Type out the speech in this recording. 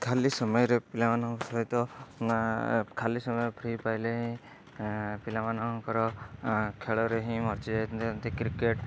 ଖାଲି ସମୟରେ ପିଲାମାନଙ୍କ ସହିତ ନାଁ ଖାଲି ସମୟରେ ଫ୍ରି ପାଇଲେ ହିଁ ପିଲାମାନଙ୍କର ଖେଳରେ ହିଁ ମଜଜ୍ଜି ଯାଆନ୍ତି କ୍ରିକେଟ୍